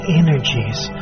energies